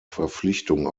verpflichtung